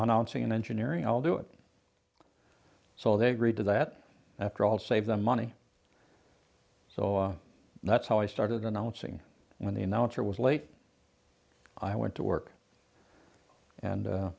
announcing in engineering i'll do it so they agreed to that after all save the money so that's how i started announcing when the announcer was late i went to work